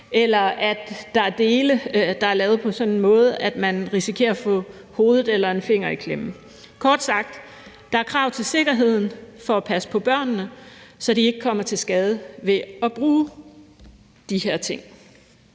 eller at der er dele, der er lavet på en sådan måde, at man risikerer at få hovedet eller en finger i klemme. Kort sagt er der krav til sikkerheden for at passe på børnene, så de ikke kommer til skade ved at bruge de her ting.